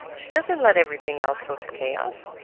she doesn't let everything else go to chaos.